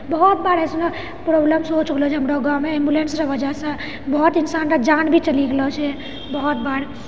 बहुत बार अइसनो प्रॉब्लम हो चुकलो छै जे हमरा गाँवमे एम्बुलेन्सरऽ वजहसँ बहुत इन्सानरऽ जान भी चलि गेलौ छै बहुत बार